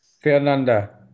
Fernanda